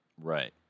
Right